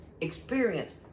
experience